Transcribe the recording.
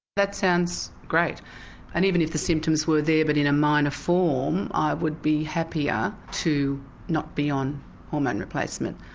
that sounds great and even if the symptoms were there but in a minor form i would be happier to not be on hormone replacement,